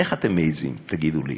איך אתם מעזים, תגידו לי